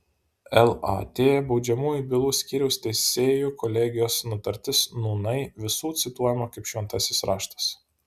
lat baudžiamųjų bylų skyriaus teisėjų kolegijos nutartis nūnai visų cituojama kaip šventasis raštas